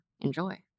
Enjoy